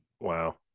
Wow